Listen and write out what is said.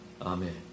Amen